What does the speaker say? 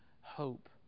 hope